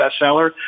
bestseller